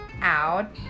out